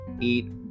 eat